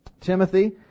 Timothy